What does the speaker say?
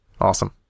Awesome